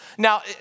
Now